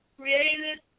created